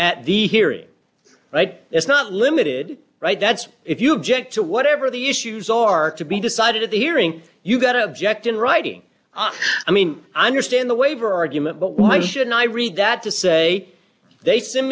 at the hearing right it's not limited right that's if you object to whatever the issues are to be decided at the hearing you got to object in writing ah i mean i understand the waiver argument but why should i read that to say they s